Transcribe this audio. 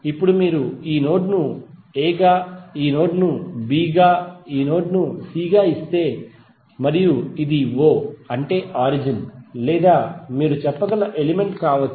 ఇప్పుడు మీరు ఈ నోడ్ ను a గా ఈ నోడ్ ను b గా ఈ నోడ్ ను c గా ఇస్తే మరియు ఇది o అంటే ఆరిజిన్ లేదా మీరు చెప్పగల ఎలిమెంట్ కావచ్చు